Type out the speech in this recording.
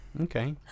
Okay